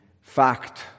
fact